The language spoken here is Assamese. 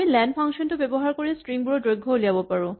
আমি লেন ফাংচন টো ব্যৱহাৰ কৰি ষ্ট্ৰিং বোৰৰ দৈৰ্ঘ উলিয়াব পাৰো